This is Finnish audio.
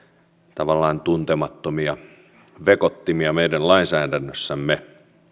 tavallaan tuntemattomia vekottimia meidän lainsäädännössämme